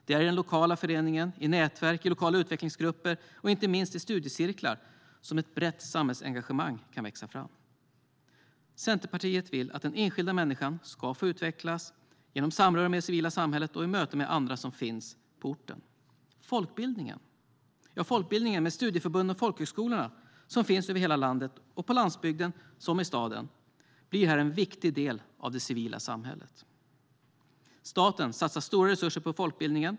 Det är i den lokala föreningen, i nätverk, i lokala utvecklingsgrupper och inte minst i studiecirklar som ett brett samhällsengagemang kan växa fram. Centerpartiet vill att den enskilda människan ska få utvecklas genom samröre med det civila samhället och i möten med andra som finns på orten. Folkbildningen, med studieförbunden och folkhögskolorna som finns över hela landet, såväl på landsbygden som i staden, blir här en viktig del av det civila samhället. Staten satsar stora resurser på folkbildningen.